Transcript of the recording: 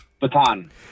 Baton